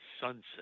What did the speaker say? sunset